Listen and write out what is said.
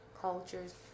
cultures